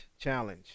challenge